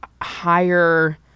higher